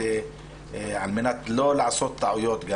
על מנת לא לעשות טעויות,